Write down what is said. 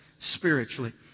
spiritually